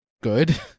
good